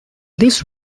this